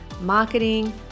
marketing